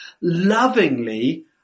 lovingly